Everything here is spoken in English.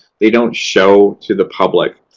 they don't show to the public.